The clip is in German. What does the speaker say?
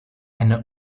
eine